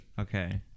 Okay